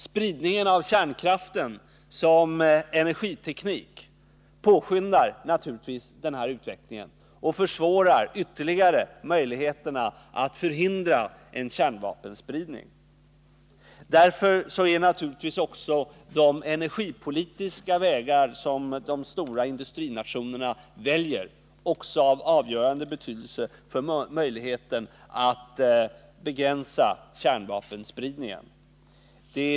Spridningen av kärnkraften såsom energiteknik påskyndar naturligtvis denna utveckling och försvårar ytterligare möjligheterna att förhindra en kärnvapenspridning. Därför är naturligtvis också de energipolitiska vägar som de stora industrinationerna väljer av avgörande betydelse för möjligheten att begränsa kärnvapenspridningen.